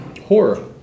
Horror